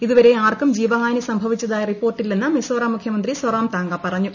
ഇതുവരെ ആർക്കും ജീവഹാനി സംഭവിച്ചതായി റിപ്പോർട്ടില്ലെന്ന് മൂപ്പോറാം മുഖ്യമന്ത്രി സൊറാംതാങ്ക പറഞ്ഞു